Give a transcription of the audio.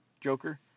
Joker